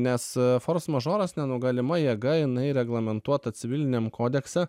nes fors mažoras nenugalima jėga jinai reglamentuota civiliniame kodekse